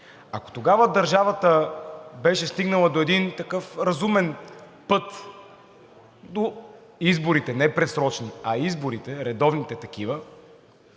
ако тогава държавата беше стигнала до един такъв разумен път до изборите – не предсрочни, а редовните такива,